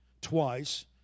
twice